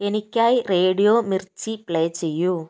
എനിക്കായി radio Mirchi play ചെയ്യൂ